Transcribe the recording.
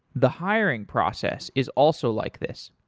the hiring process is also like this.